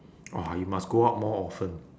!wah! you must go out more often